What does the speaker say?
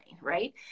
right